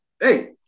hey